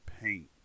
paint